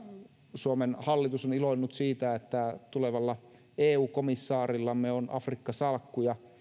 suomen hallitus on iloinnut siitä että tulevalla eu komissaarillamme on afrikka salkku ja